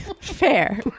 Fair